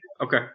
Okay